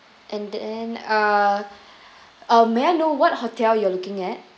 and then uh um may I know what hotel you're looking at